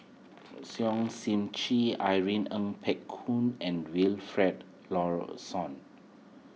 Sip Chee Irene Ng Phek Hoong and Wilfed Lawson